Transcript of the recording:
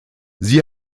sie